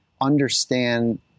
understand